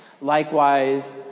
Likewise